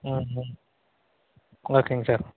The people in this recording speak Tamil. ம் ம் ஓகேங்க சார்